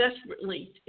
desperately